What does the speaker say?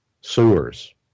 sewers